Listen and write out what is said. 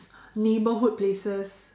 neighbourhood places